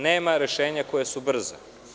Nema rešenja koja su brza.